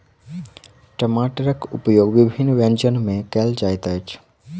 टमाटरक उपयोग विभिन्न व्यंजन मे कयल जाइत अछि